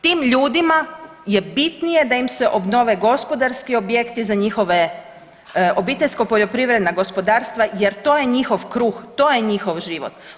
Tim ljudima je bitnije da im se obnove gospodarski objekti za njihovo obiteljska poljoprivredna gospodarstva jer to je njihov kruh, to je njihov život.